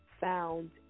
found